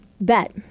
bet